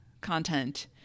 content